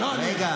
לא צריך לצעוק.